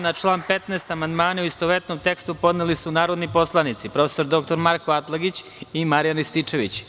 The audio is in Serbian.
Na član 15. amandmane u istovetnom tekstu, podneli su narodni poslanici prof. dr Marko Atlagić i Marijan Rističević.